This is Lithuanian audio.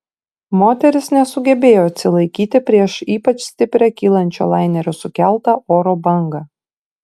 moteris nesugebėjo atsilaikyti prieš ypač stiprią kylančio lainerio sukeltą oro bangą